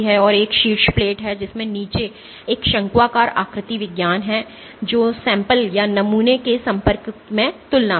और एक शीर्ष प्लेट है जिसमें नीचे एक शंक्वाकार आकृति विज्ञान है जो नमूना के संपर्क में तुलना में है